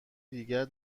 دیگری